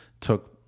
Took